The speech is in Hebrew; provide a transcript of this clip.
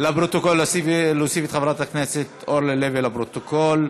חוק התקשורת (בזק ושידורים)